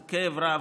זה כאב רב,